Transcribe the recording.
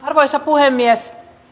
arvoisa puhemies